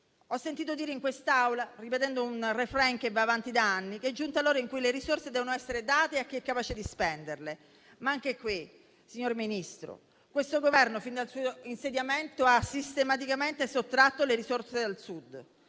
Ho sentito dire in quest'Aula, ripetendo un *refrain* che va avanti da anni, che è giunta l'ora che le risorse vengano date a chi è capace di spenderle. Anche qui però, signor Ministro, questo Governo fin dal suo insediamento ha sistematicamente sottratto le risorse al Sud.